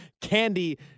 candy